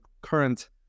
current